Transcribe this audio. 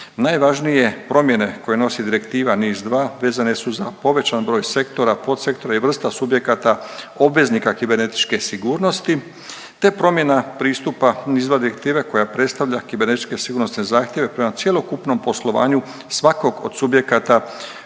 Najvažnije promjene koje nosi Direktiva NIS2 vezane su za povećan broj sektora, podsektora i vrsta subjekata obveznika kibernetičke sigurnosti te promjena pristupa NIS2 direktive koja predstavlja kibernetičke sigurnosne zahtjeve prema cjelokupnom poslovanju svakog od subjekata koji